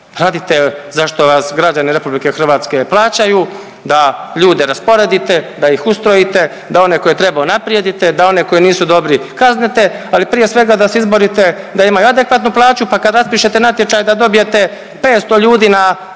radite za što vas građani RH plaćaju, da ljude rasporedite, da ih ustrojite, da one koje treba unaprijedite, da one koji nisu dobri kaznite, ali prije svega da se izborite da imaju adekvatnu plaću, pa kad raspišete natječaj da dobijete 500 ljudi na,